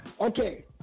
Okay